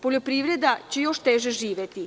Poljoprivreda će još teže živeti.